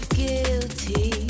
guilty